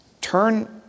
turn